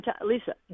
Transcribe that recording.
Lisa